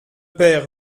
père